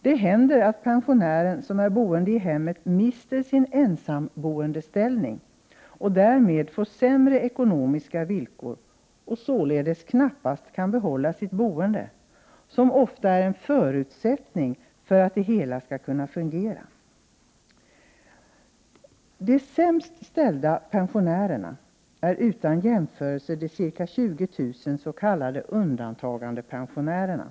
Det händer att en pensionär som är boende i hemmet och mister sin ensamboende ställning därmed får sämre ekonomiska villkor och således knappast kan behålla sitt boende, som ofta är en förutsättning för att det hela skall kunna fungera. De sämst ställda pensionärerna är utan jämförelse de ca 20 000 s.k. undantagandepensionärerna.